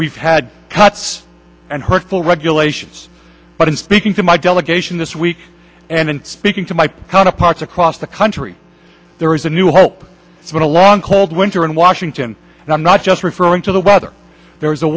we've had cuts and hurtful regulations but in speaking to my delegation this week and speaking to my counterparts across the country there is a new hope for a long cold winter in washington and i'm not just referring to the weather there is a